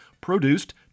produced